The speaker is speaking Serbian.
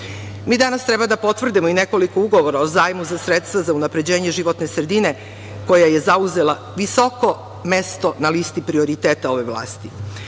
danas treba da potvrdimo i nekoliko ugovora o zajmu za sredstva za unapređenje životne sredine koja je zauzela visoko mesto na listi prioriteta ove vlasti.